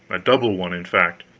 a double one, in fact.